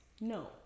No